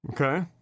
Okay